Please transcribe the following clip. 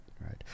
right